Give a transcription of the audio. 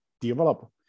develop